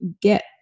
get